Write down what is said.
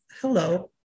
Hello